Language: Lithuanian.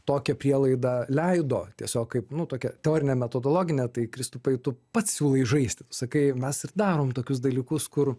tokią prielaidą leido tiesiog kaip nu tokia teorine metodologine tai kristupai tu pats siūlai žaisti sakai mes ir darom tokius dalykus kur